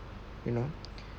you know